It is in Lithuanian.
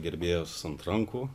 gerbėjos ant rankų